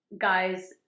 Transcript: guys